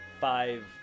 five